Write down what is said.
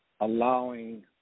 allowing